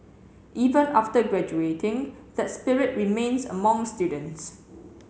even after graduating that spirit remains among students